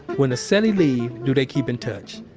when a cellie leave, do they keep in touch?